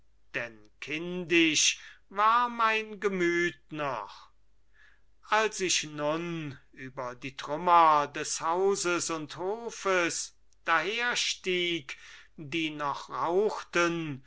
denn kindisch war mein gemüt noch als ich nun über die trümmer des hauses und hofes daherstieg die noch rauchten